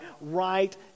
right